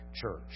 Church